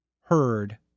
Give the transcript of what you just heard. heard